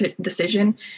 decision